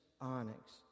onyx—